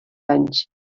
anys